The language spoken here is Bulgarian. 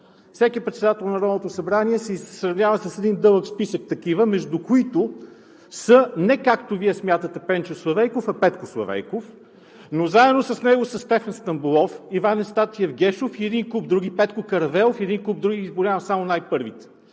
Всеки председател на Народното събрание се сравнява с един дълъг списък такива, между които са, не както Вие смятате Пенчо Славейков, а Петко Славейков, но заедно с него са Стефан Стамболов, Иван Евстатиев Гешов, Петко Каравелов и един куп други – изброявам само най-първите,